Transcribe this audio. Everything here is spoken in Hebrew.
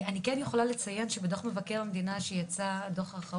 אני יכולה לציין שבדוח מבקר המדינה, 70ב,